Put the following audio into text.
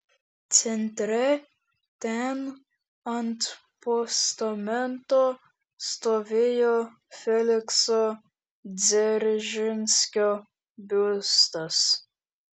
centre ten ant postamento stovėjo felikso dzeržinskio biustas